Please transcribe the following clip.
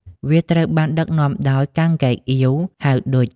វាត្រូវបានដឹកនាំដោយ កាំង ហ្គេកអៀវ ហៅ ឌុច។